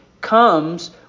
comes